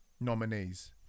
nominees